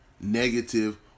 negative